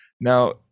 Now